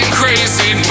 crazy